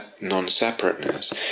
non-separateness